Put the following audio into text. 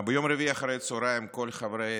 ביום רביעי אחרי הצוהריים כל חברי